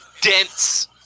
dense